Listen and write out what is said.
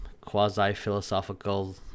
quasi-philosophical